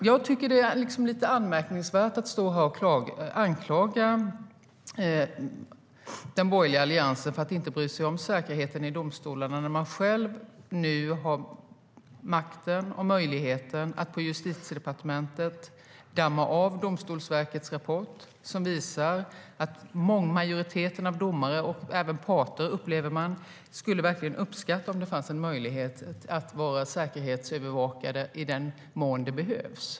Jag tycker att det är lite anmärkningsvärt att man står här och anklagar den borgerliga alliansen för att inte bry sig om säkerheten i domstolarna när man själv nu har makten och möjligheten att på Justitiedepartementet damma av Domstolsverkets rapport, som visar att majoriteten av domare och även parter verkligen skulle uppskatta om det fanns en möjlighet att vara säkerhetsövervakade i den mån det behövs.